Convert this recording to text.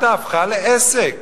מד"א הפכה לעסק